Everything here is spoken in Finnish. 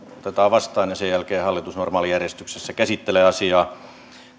otetaan vastaan ja sen jälkeen hallitus normaalijärjestyksessä käsittelee asiaa